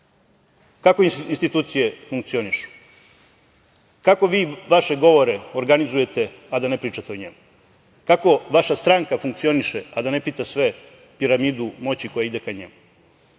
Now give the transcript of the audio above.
Kako institucije funkcionišu? Kako vi vaše govore organizujete, a da ne pričate o njemu? Kako vaša stranka funkcioniše, a da ne pita sve piramidu moći koja ide ka njemu? Znači,